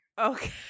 Okay